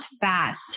fast